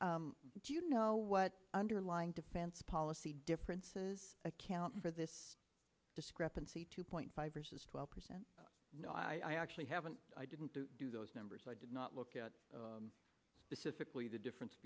do you know what underlying defense policy differences account for this discrepancy two point five years is twelve percent no i actually haven't i didn't do those numbers i did not look at specifically the difference